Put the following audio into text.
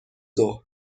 ظهر